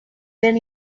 then